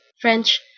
French